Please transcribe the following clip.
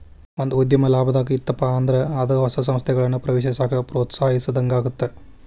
ಒಂದ ಉದ್ಯಮ ಲಾಭದಾಗ್ ಇತ್ತಪ ಅಂದ್ರ ಅದ ಹೊಸ ಸಂಸ್ಥೆಗಳನ್ನ ಪ್ರವೇಶಿಸಾಕ ಪ್ರೋತ್ಸಾಹಿಸಿದಂಗಾಗತ್ತ